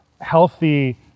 healthy